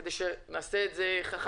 כדי שנעשה את זה חכם.